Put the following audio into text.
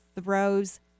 throws